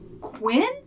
Quinn